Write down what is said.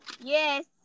Yes